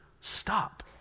Stop